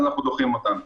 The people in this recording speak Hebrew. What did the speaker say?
אנחנו דוחים אותם.